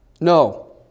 no